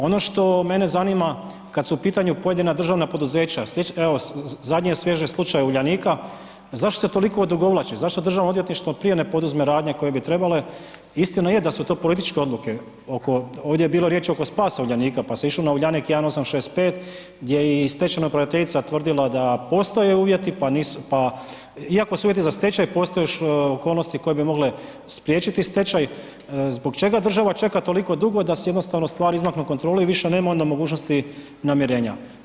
Ono što mene zanima kad su u pitanju pojedina državna poduzeća, evo zadnje je svježe slučaj Uljanika, zašto se toliko odugovlači, zašto državno odvjetništvo prije ne poduzme radnje koje bi trebale, istina je da su to političke odluke oko, ovdje je bilo riječi oko spasa Uljanika, pa se išlo na Uljanik 1865 gdje je i stečajna upraviteljica tvrdila da postoje uvjeti, pa nisu, pa, iako su uvjeti za stečaj postoje još okolnosti koje bi mogle spriječiti stečaj, zbog čega država čeka toliko dugo da se jednostavno stvari izmaknu kontroli i više nema onda mogućnosti namirenja?